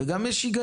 יש גם היגיון,